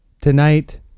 tonight